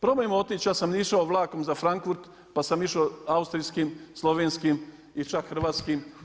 Probajmo otići, ja sam išao vlakom za Frankfurt, pa sam išao austrijskim, slovenskim i čak hrvatskim.